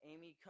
Amy